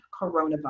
coronavirus